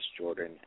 Jordan